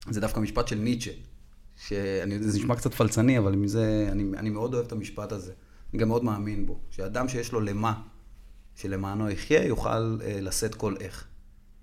זה דווקא משפט של ניטשה, שאני, זה נשמע קצת פלצני, אבל עם זה, אני מאוד אוהב את המשפט הזה. אני גם מאוד מאמין בו. שאדם שיש לו למה שלמענו איך יחייה, יוכל לשאת כל איך.